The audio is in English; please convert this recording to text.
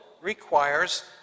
requires